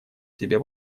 себе